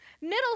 Middle